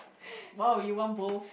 !wow! you want both